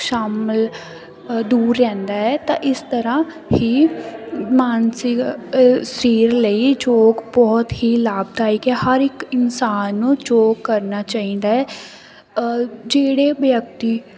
ਸ਼ਾਮਲ ਦੂਰ ਰਹਿੰਦਾ ਤਾਂ ਇਸ ਤਰ੍ਹਾਂ ਹੀ ਮਾਨਸਿਕ ਸਰੀਰ ਲਈ ਯੋਗ ਬਹੁਤ ਹੀ ਲਾਭਦਾਇਕ ਹੈ ਹਰ ਇਕ ਇਨਸਾਨ ਨੂੰ ਯੋਗ ਕਰਨਾ ਚਾਹੀਦਾ ਜਿਹੜੇ ਵਿਅਕਤੀ